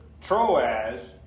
Troas